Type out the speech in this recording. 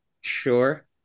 Sure